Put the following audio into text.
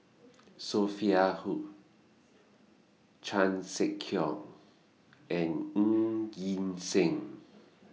Sophia Hull Chan Sek Keong and Ng Yi Sheng